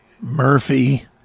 murphy